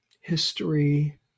history